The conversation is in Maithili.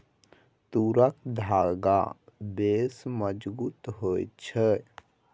तूरक धागा बेस मजगुत होए छै